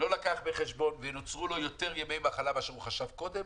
לא לקח בחשבון ונוצרו לו יותר ימי מחלה מאשר הוא חשב קודם,